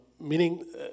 Meaning